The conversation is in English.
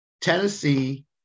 Tennessee –